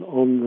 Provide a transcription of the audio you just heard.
on